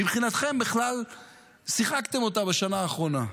מבחינתכם, בכלל שיחקתם אותה בשנה האחרונה.